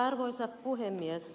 arvoisa puhemies